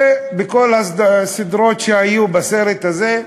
בכל הסדרות שהיו בסרט הזה,